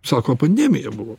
sako pandemija buvo